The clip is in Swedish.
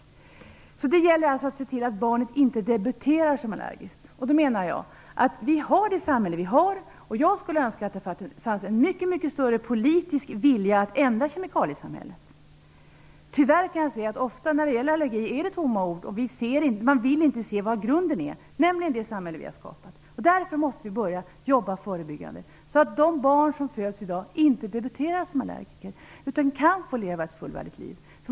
Det gäller alltså att se till att barnet inte debuterar som allergiker. Vi har det samhälle vi har. Jag skulle önska att det fanns en mycket, mycket större politisk vilja att ändra kemikaliesamhället. Tyvärr kan jag se att när det gäller allergi är det ofta tomma ord. Man vill inte se vad som utgör grunden, nämligen det samhälle vi har skapat. Därför måste vi börja jobba förebyggande så att de barn som föds i dag inte debuterar som allergiker utan kan få leva ett fullvärdigt liv.